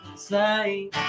Say